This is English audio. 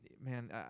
man